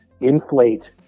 inflate